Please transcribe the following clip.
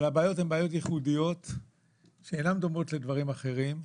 אבל הבעיות הן בעיות ייחודיות שאינן דומות לדברים אחרים,